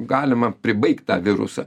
galima pribaigt tą virusą